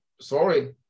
Sorry